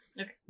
Okay